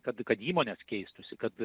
kad kad įmonės keistųsi kad